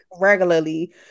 regularly